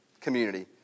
community